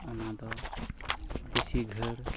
ᱚᱱᱟ ᱫᱚ ᱵᱤᱥᱤ ᱜᱷᱟᱹᱲ